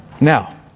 Now